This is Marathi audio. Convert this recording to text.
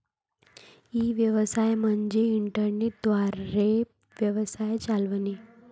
ई व्यवसाय म्हणजे इंटरनेट द्वारे व्यवसाय चालवणे